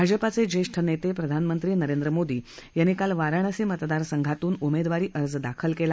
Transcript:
भाजपाचे ज्येष्ठ नेते प्रधानमंत्री नरेंद्र मोदी यांनी काल वाराणसी मतदारसंघातून उमेदवारी अर्ज दाखल केला